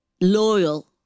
loyal